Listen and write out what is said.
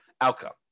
outcome